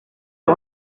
der